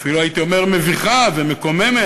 אפילו הייתי אומר, מביכה ומקוממת.